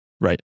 Right